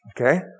okay